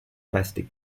plastic